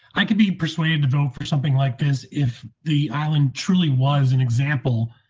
i could be persuaded to build for something like this. if the island truly was an example.